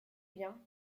bien